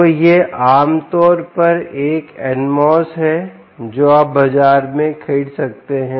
तो यह आमतौर पर एक NMOS है जो आप बाजार में खरीद सकते हैं